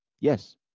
yes